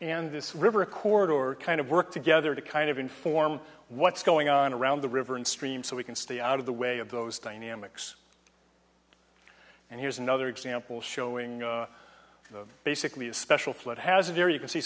and this river a corridor or kind of work together to kind of inform what's going on around the river and stream so we can stay out of the way of those dynamics and here's another example showing the basically a special flood hazard your you can see